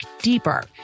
deeper